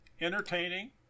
entertaining